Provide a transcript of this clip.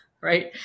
right